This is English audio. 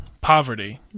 poverty